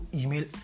email